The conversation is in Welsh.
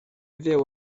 fyw